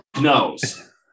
knows